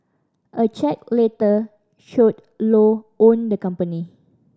a check later showed Low owned the company